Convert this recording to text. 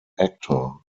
actor